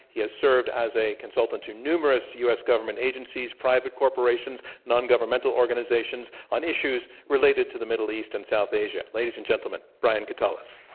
he has served as a consultant to numerous government agencies, private corporations, non-governmental organizations, on issues related to the middle east and south asia. ladies and gentlemen, brian katulis.